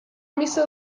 missa